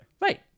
Right